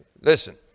Listen